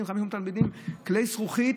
500 תלמידים כלי זכוכית,